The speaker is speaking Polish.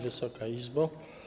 Wysoka Izbo!